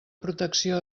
protecció